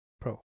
Pro